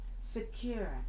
secure